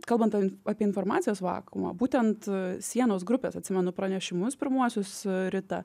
kalbant ap apie informacijos vakuumą būtent sienos grupės atsimenu pranešimus pirmuosius rita